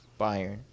Bayern